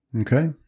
Okay